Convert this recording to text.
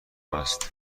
است